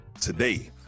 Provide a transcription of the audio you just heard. today